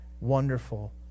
wonderful